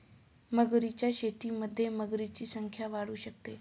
मगरींच्या शेतीमुळे मगरींची संख्या वाढू शकते